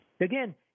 Again